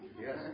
Yes